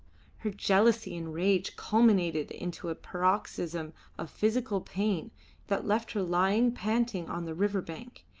her jealousy and rage culminated into a paroxysm of physical pain that left her lying panting on the river bank,